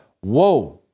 whoa